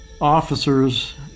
officers